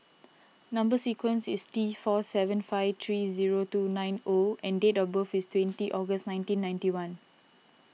Number Sequence is T four seven five three zero two nine O and date of birth is twenty August nineteen ninety one